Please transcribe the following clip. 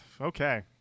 okay